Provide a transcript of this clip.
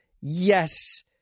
Yes